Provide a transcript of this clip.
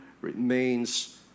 remains